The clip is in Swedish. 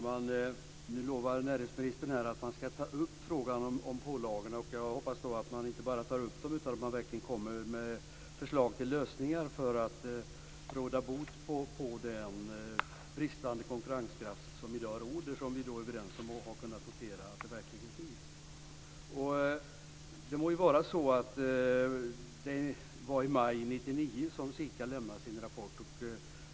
Fru talman! Näringsministern lovar att ta upp frågan om pålagorna. Jag hoppas då att man verkligen tar fram förslag till lösningar för att råda bot på den bristande konkurrenskraft som i dag råder. Det må vara att det var i maj 1999 som SIKA lade fram sin rapport.